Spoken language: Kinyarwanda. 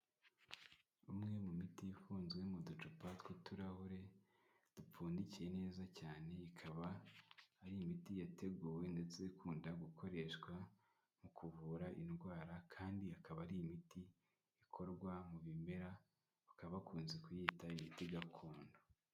Umwe mu miti ifunzwe mu ducupa tw'uturahure dupfundikiye neza cyane, ikaba ari imiti yateguwe ndetse ikunda gukoreshwa mu kuvura indwara kandi akaba ari imiti ikorwa mu bimera, bakaba bakunze kuyita imiti gakondo.